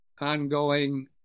ongoing